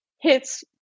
hits